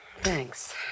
Thanks